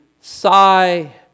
sigh